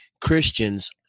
Christians